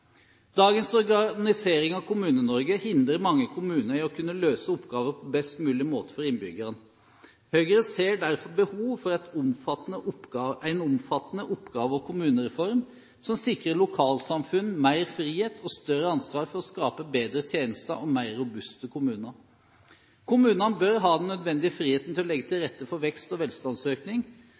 Dagens organisering av Kommune-Norge hindrer mange kommuner i å kunne løse oppgaver på best mulig måte for innbyggerne. Høyre ser derfor behov for en omfattende oppgave- og kommunereform som sikrer lokalsamfunn mer frihet og større ansvar for å skape bedre tjenester og mer robuste kommuner. Kommunene bør ha den nødvendige friheten til å legge til rette for vekst og velstandsøkning,